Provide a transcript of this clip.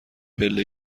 پله